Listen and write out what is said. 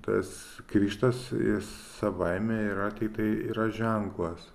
tas krikštas savaime yra tiktai yra ženklas